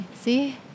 See